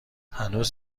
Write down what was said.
هنوز